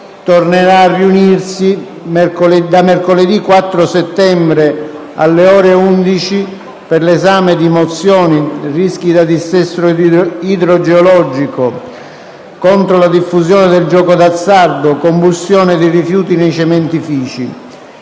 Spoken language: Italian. tornerà a riunirsi mercoledì 4 settembre alle ore 11, per l'esame di mozioni sui rischi da dissesto idrogeologico, contro la diffusione del gioco d'azzardo, sulla combustione dei rifiuti dei cementifici.